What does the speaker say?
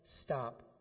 stop